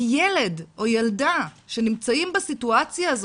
כי ילד או ילדה שנמצאים בסיטואציה הזאת,